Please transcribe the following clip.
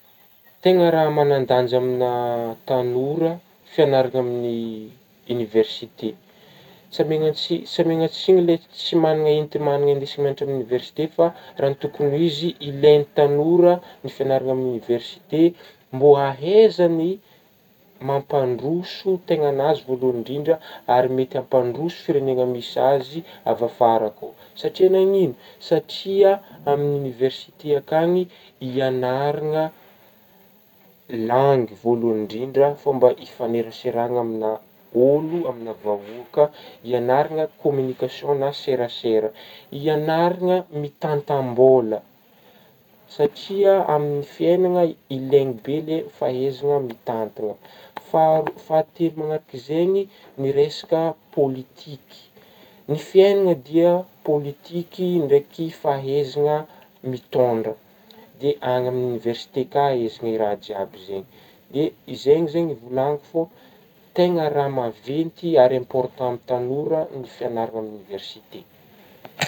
tegna raha manandanja aminah tanora fianaragna amin'ny université tsamegna tsin- tsamegna tsigny le tsy managna entigna indesigna mianatra aminah université fa raha ny tokogny ho izy ilaigny tanora ny fianaragna amin'ny université mbô ahezagny mampandroso tegnanazy voalohany indrindra ary mety hampandroso firenegna misy azy avy afara kô, satria nagnigno satria amin'ny université akany ianaragna langy voalohany indrindra fômba ifagneraseragna aminah ôlo aminah vahôka ihagnaragna communication na serasera ,hianaragna mitantam-bôla satria amin'ny fiainagna ilaigny be le fahaizagna mitantagna faharo-fahatelo magnaraky zegny ny resaka pôlitiky, ny fiainagna dia pôlitiky ndraiky fahaizagna mitondra de any amignà univesité ka ahaizagna raha jiaby zegny, de izegny zegny ivôlagnako fô tegna raha maventy ary important amin'ny tanora fiagnaragna université